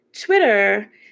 Twitter